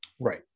Right